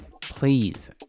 Please